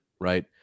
right